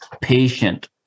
patient